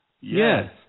Yes